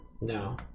no